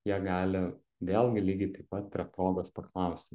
jie gali vėlgi lygiai taip pat prie progos paklausti